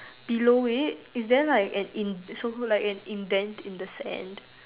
below it is there like an in~ so call like an indent in the sand